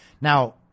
Now